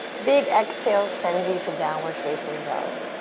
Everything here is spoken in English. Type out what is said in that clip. big exhale sends you to downward facing dog.